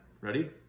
Ready